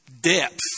depth